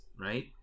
right